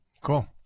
Cool